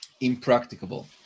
impracticable